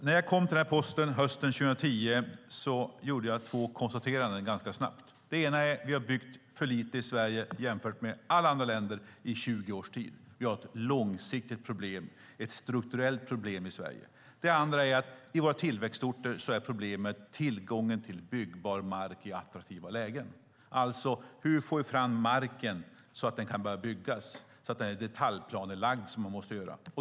Fru talman! När jag tillträdde den här posten på hösten 2010 gjorde jag ganska snabbt två konstateranden. Det ena är att vi har byggt för lite i Sverige jämfört med alla andra länder i 20 års tid. Vi har ett långsiktigt, strukturellt problem i Sverige. Det andra är att i våra tillväxtorter är problemet tillgången till byggbar mark i attraktiva lägen. Hur får vi fram marken så att den kan börja bebyggas och är detaljplanelagd, som den måste vara?